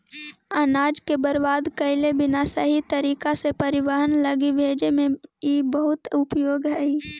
अनाज के बर्बाद कैले बिना सही तरीका से परिवहन लगी भेजे में इ बहुत उपयोगी हई